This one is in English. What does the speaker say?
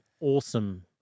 awesome